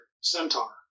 Centaur